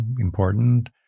important